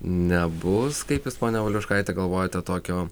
nebus kaip jūs ponia valiuškaite galvojate tokio